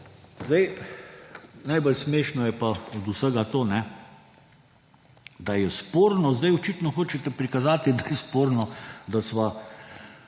vse. Najbolj smešno je pa od vsega to, da je sporno, sedaj očitno hočete prikazati, da je sporno, da sva